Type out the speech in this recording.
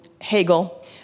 Hegel